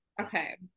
okay